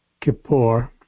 Kippur